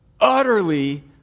utterly